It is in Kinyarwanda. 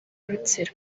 rutsiro